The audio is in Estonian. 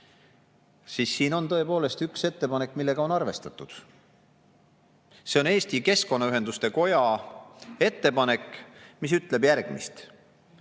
et siin on tõepoolest üks ettepanek, millega on arvestatud. See on Eesti Keskkonnaühenduste Koja ettepanek, mis ütleb järgmist: